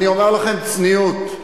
אני אומר לכם: צניעות.